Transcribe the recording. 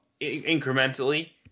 incrementally